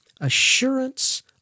assurance